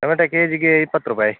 tomato ಕೆ ಜಿಗೆ ಇಪ್ಪತ್ತು ರೂಪಾಯಿ